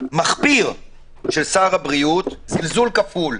מחפיר של שר הבריאות, זלזול כפול.